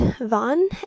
Vaughn